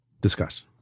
Discuss